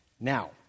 Now